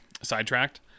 sidetracked